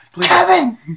Kevin